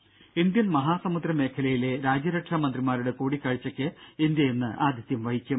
രുര ഇന്ത്യൻ മഹാസമുദ്രമേഖലയിലെ രാജ്യരക്ഷാ മന്ത്രിമാരുടെ കൂടിക്കാഴ്ചയ്ക്ക് ഇന്ത്യ ഇന്ന് ആതിഥ്യം വഹിക്കും